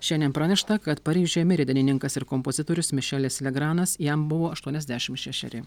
šiandien pranešta kad paryžiuje mirė dainininkas ir kompozitorius mišelis legranas jam buvo aštuoniasdešim šešeri